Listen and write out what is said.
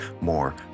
more